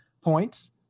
points